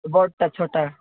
ବଡ଼ଟା ଛତା